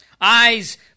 Eyes